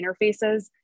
interfaces